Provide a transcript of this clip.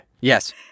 Yes